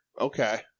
Okay